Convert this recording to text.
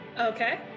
Okay